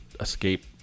Escape